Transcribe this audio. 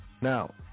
Now